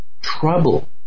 trouble